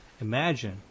imagine